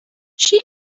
she